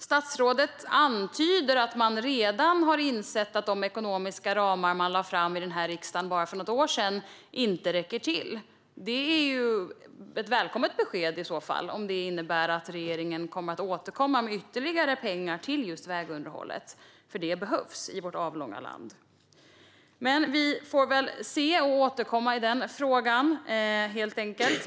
Statsrådet antyder att man redan har insett att de ekonomiska ramar man lade fram i riksdagen för bara något år sedan inte räcker till. Det är i så fall ett välkommet besked om det innebär att regeringen kommer att återkomma med ytterligare pengar till just vägunderhållet, för det behövs i vårt avlånga land. Vi får väl se och återkomma i den frågan.